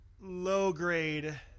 low-grade